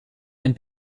ein